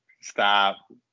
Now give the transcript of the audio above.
Stop